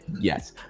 Yes